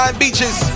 beaches